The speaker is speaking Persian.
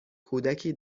کودکی